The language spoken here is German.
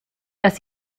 dass